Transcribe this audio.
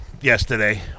yesterday